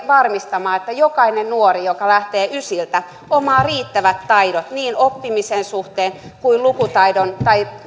varmistamaan että jokainen nuori joka lähtee ysiltä omaa riittävät taidot niin oppimisen suhteen kuin lukutaidon